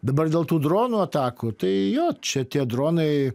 dabar dėl tų dronų atakų tai jo čia tie dronai